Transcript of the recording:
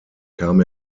kam